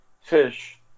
fish